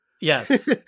Yes